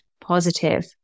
positive